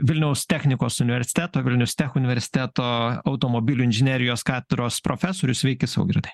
vilniaus technikos universiteto vilnius tech universiteto automobilių inžinerijos katros profesorius sveiki saugirdai kaip jums šitas sprendimas ir